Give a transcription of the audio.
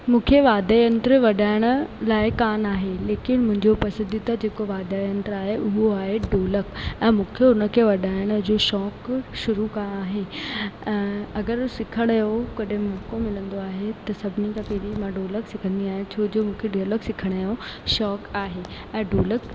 मूंखे वाध्य यंत्र वॼाइण लाइ कोन आहे लेकिन मुंहिंजो पसंदीदा जेको वाध्य यंत्र आहे उहो आहे ढोलक ऐं मूंखे उन खे वॼाइण जो शौक़ु शुरू खां आहे ऐं अगर सिखण यो कॾै मौको मिलंदो आहे त सभिनी खां पहिरीं मां ढोलक सिखंदी आहियां छोजो मूंखे ढोलक सिखण जो शौक़ु आहे ऐं ढोलक